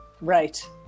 Right